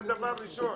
זה דבר ראשון.